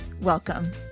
Welcome